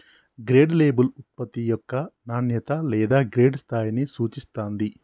grade label ఉత్పత్తి యొక్క నాణ్యత లేదా గ్రేడ్ స్థాయిని సూచిత్తాంది